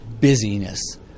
busyness